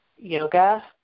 Yoga